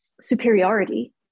superiority